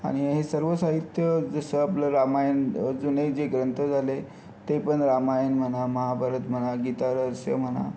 आणि हे सर्व साहित्य जसं आपलं रामायण जुने जे ग्रंथ झाले ते पण रामायण म्हणा महाभारत म्हणा गीता रहस्य म्हणा